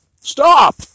Stop